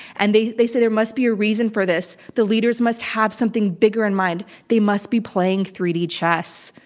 and they they say, there must be a reason for this. the leaders must have something bigger in mind. they must be playing three d chess.